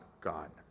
God